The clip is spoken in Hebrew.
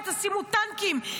אם תשימו טנקים,